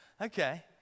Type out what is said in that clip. Okay